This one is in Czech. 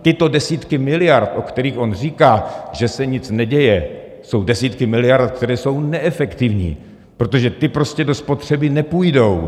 Tyto desítky miliard, o kterých on říká, že se nic neděje, jsou desítky miliard, které jsou neefektivní, protože ty prostě do spotřeby nepůjdou.